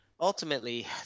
ultimately